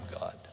God